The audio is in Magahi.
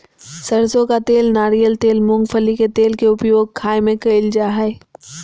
सरसों का तेल नारियल तेल मूंगफली के तेल के उपयोग खाय में कयल जा हइ